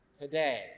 Today